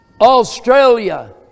Australia